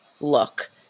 look